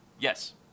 Yes